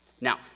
Now